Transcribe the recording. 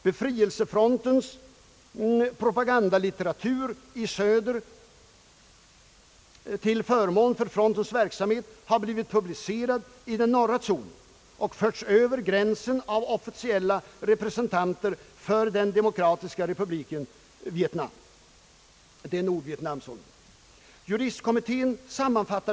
Befrielsefrontens propagandalitteratur i söder till förmån för frontens verksamhet har blivit publicerad i den norra zonen och förts över gränsen av officiella representanter för den demokratiska republiken Vietnam.» »1.